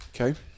Okay